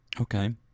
Okay